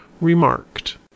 remarked—